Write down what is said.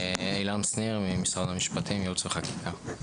משרד המשפטים הצביעו